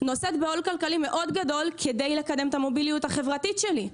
נושאת בעול כלכלי מאוד גדול כדי לקדם את המוביליות החברתית שלי.